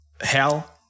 hell